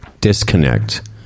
disconnect